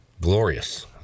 glorious